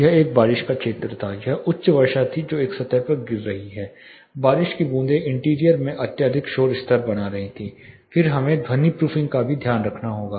यह एक बारिश का क्षेत्र था एक उच्च वर्षा थी जो एक सतह पर गिर रही है बारिश की बूंदें इंटीरियर में अत्यधिक शोर स्तर बना रही थीं फिर हमें ध्वनि प्रूफिंग का भी ध्यान रखना होगा